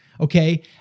okay